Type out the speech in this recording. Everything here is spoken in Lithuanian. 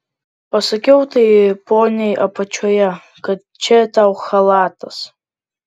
pasakiau tai poniai apačioje kad čia tau chalatas